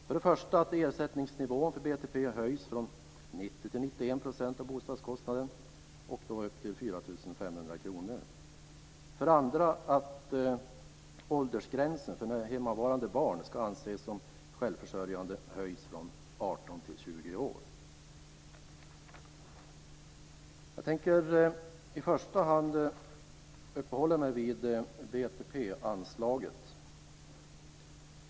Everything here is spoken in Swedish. För det första höjs ersättningsnivån för BTP från För det andra höjs åldersgränsen för när hemmavarande barn ska anses som självförsörjande från 18 Jag tänker i första hand uppehålla mig vid BTP anslaget.